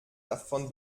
davon